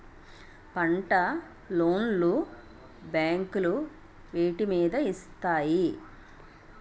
పంట లోన్ లు బ్యాంకులు వేటి మీద ఇస్తాయి?